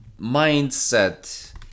mindset